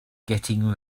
getting